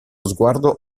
sguardo